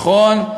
נכון,